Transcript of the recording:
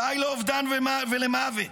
ד׳ לאובדן ולמוות.